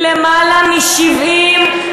כי למעלה מ-70,